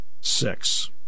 six